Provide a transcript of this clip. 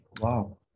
Wow